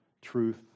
truth